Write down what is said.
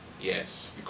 yes